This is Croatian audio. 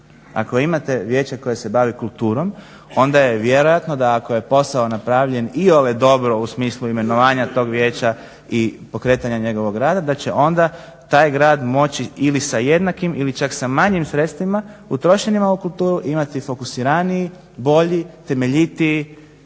ako imate vijeće koje se bavi kulturom onda je vjerojatno da ako je posao napravljen iole dobro u smislu imenovanja tog vijeća i pokretanja njegovog rada da će onda taj grad moći ili sa jednakim ili čak sa manjim sredstvima utrošenim u kulturu imati fokusiraniji, bolji, temeljitiji